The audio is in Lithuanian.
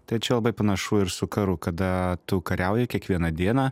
tai čia labai panašu ir su karu kada tu kariauji kiekvieną dieną